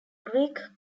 greek